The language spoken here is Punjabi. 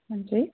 ਹਾਂਜੀ